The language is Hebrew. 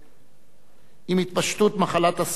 עם התפשטות מחלת הסרטן בריאותיו,